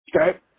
Okay